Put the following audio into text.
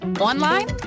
Online